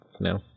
no